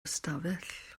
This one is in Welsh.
ystafell